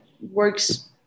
works